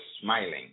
smiling